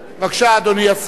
בבקשה, אדוני השר.